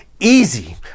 easy